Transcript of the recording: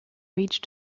reached